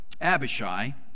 Abishai